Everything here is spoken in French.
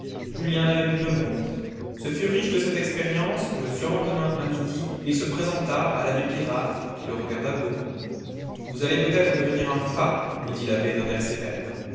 julien n'avait plus de montre ce fut riche de cette expérience que le surlendemain à midi il se présenta à l'abbé pirard qui le regarda beaucoup vous allez peut-être devenir un fat lui dit l'abbé d'un air sévère